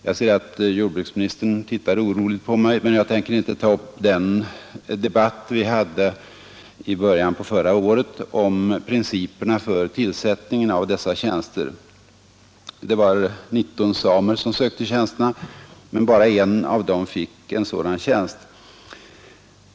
Jag ser att jordbruksministern tittar oroligt på mig, men jag tänker inte nu fortsätta den debatt vi hade i början av förra året om principerna för tillsättningen av dessa tjänster — det var 19 samer som sökte tjänsterna men bara en av dem fick en sådan tjänst.